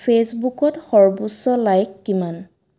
ফেচবুকত সৰ্বোচ্চ লাইক কিমান